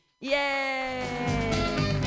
Yay